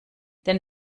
denn